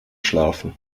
schlafen